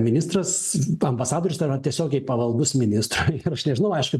ministras ambasadorius yra tiesiogiai pavaldus ministrui ir aš nežinau aišku